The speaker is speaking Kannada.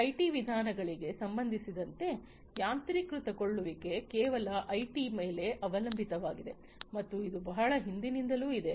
ಈ ಐಟಿ ವಿಧಾನಗಳಿಗೆ ಸಂಬಂಧಿಸಿದಂತೆ ಯಾಂತ್ರೀಕೃತಗೊಳ್ಳುವಿಕೆ ಕೇವಲ ಐಟಿ ಮೇಲೆ ಅವಲಂಬಿತವಾಗಿದೆ ಮತ್ತು ಇದು ಬಹಳ ಹಿಂದಿನಿಂದಲೂ ಇದೆ